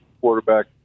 quarterback